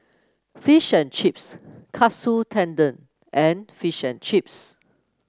Fish and Chips Katsu Tendon and Fish and Chips